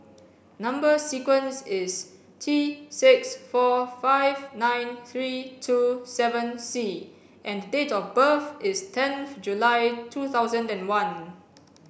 number sequence is T six four five nine three two seven C and date of birth is tenth July two thousand and one